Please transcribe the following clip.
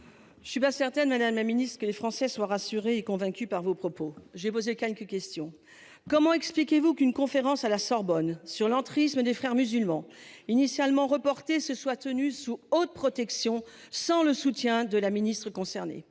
Je ne suis pas certaine Madame la Ministre que les Français soient rassurés et convaincus par vos propos j'ai posé quelques questions, comment expliquez-vous qu'une conférence à la Sorbonne sur l'entrisme des Frères musulmans initialement reporté ce soit tenu sous haute protection, sans le soutien de la ministre concerné.